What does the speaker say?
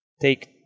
take